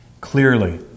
clearly